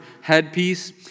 headpiece